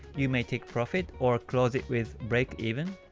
you may take profit, or close it with break even.